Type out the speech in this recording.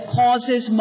causes